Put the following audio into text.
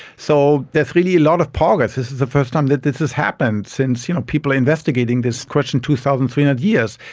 so there's really a lot of progress. this is the first time that this has happened since you know people investigating this question two thousand three hundred years